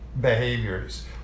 behaviors